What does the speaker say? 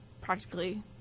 practically